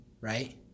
right